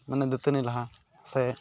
ᱢᱟᱱᱮ ᱫᱟᱹᱛᱟᱹᱱᱤ ᱞᱟᱦᱟ ᱥᱮ